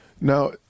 Now